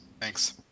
thanks